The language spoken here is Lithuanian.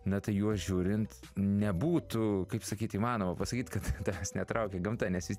na tai juos žiūrint nebūtų kaip sakyt įmanoma pasakyt kad tavęs netraukia gamta nes jis